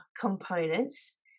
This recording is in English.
components